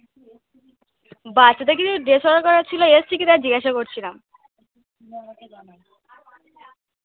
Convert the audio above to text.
বাচ্চাদের কিছু dress order করার ছিলো এসছে কিনা জিজ্ঞেসা করছিলাম